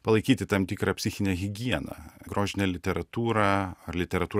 palaikyti tam tikrą psichinę higieną grožinė literatūra ar literatūra